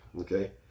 Okay